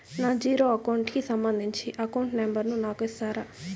నా zero account కి సంబంధించి అకౌంట్ నెంబర్ ను నాకు ఇస్తారా